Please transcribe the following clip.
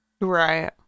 Right